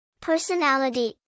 Personality